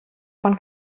von